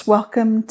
Welcome